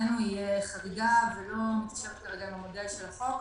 מבחינתנו היא חריגה ולא מתיישבת עם המודל של החוק.